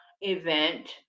event